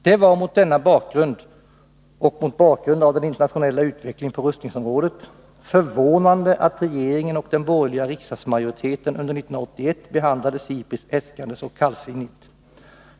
Det var mot denna bakgrund — och mot bakgrund av den internationella utvecklingen på rustningsområdet — förvånande att regeringen och den borgerliga riksdagsmajoriteten under 1981 behandlade SIPRI:s äskanden så kallsinnigt.